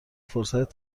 فرصت